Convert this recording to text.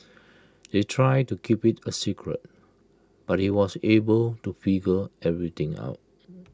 they tried to keep IT A secret but he was able to figure everything out